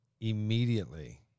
immediately